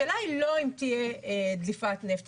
השאלה היא לא אם תהיה דליפת נפט,